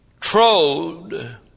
trod